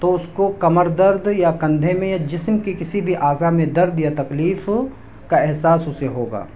تو اس کو کمر درد یا کندھے میں یا جسم کے کسی بھی اعضاء میں درد یا تکلیف کا احساس اسے ہوگا